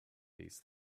these